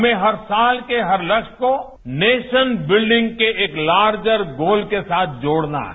हमें हर साल के हर लक्ष्य को नेशन बिल्डिंग के एक लार्जर गोल के साथ जोड़ना है